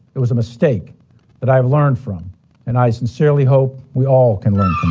it was a mistake that i've learned from and i sincerely hope we all can learn